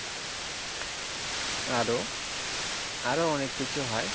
আরো আরো অনেক কিছু হয়